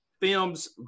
films